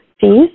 fees